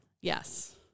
Yes